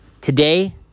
Today